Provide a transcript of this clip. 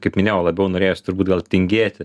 kaip minėjau labiau norėjosi turbūt gal tingėti